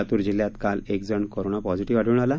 लातूर जिल्ह्यात काल एक जण कोरोना पॉसिटीव्ह आढळून आला